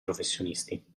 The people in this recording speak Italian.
professionisti